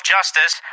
Justice